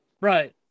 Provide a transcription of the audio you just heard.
Right